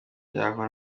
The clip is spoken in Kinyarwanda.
yaho